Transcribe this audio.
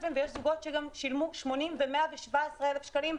שקלים ויש זוגות ששילמו 80,000 או 117,000 שקלים,